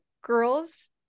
girls